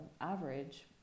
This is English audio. average